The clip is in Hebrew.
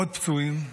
עוד פצועים,